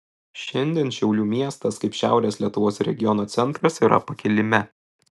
šiandien šiaulių miestas kaip šiaurės lietuvos regiono centras yra pakilime